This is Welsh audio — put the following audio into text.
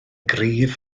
gryf